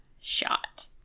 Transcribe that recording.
shot